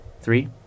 Three